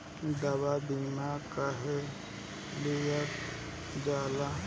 दवा बीमा काहे लियल जाला?